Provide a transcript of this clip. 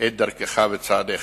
את דרכך ואת צעדיך.